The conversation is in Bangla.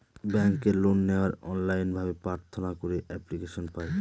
ব্যাঙ্কে লোন নেওয়ার অনলাইন ভাবে প্রার্থনা করে এপ্লিকেশন পায়